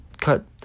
cut